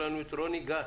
רוני גת,